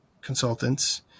consultants